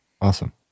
Awesome